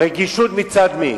הרגישות מצד מי?